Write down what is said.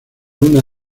una